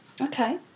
Okay